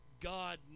God